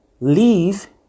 leave